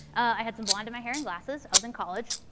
i had some blond in my hair and glasses. i was in college.